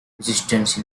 resistance